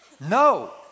No